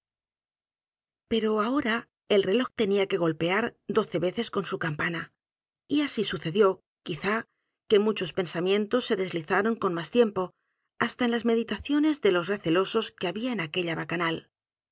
pero ahora el reloj tenía que golpear doce veces con la máscara de la muerte su c a m p a n a y así sucedió quizá que muchos pensamientos se deslizaron con más tiempo hasta en las meditaciones de los recelosos que había en aquella bacanal